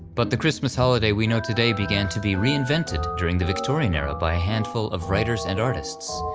but the christmas holiday we know today began to be reinvented during the victorian era by a handful of writers and artists.